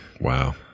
Wow